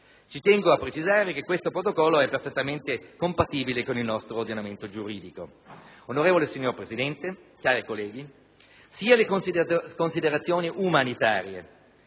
Ci tengo a precisare che il Protocollo è perfettamente compatibile con il nostro ordinamento giuridico. Onorevole Presidente, cari colleghi, sia le considerazioni umanitarie,